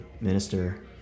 minister